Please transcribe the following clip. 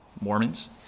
Mormons